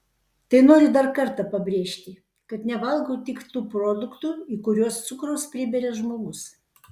tai noriu dar kartą pabrėžti kad nevalgau tik tų produktų į kuriuos cukraus priberia žmogus